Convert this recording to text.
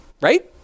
right